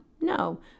No